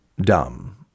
dumb